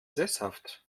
sesshaft